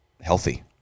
healthy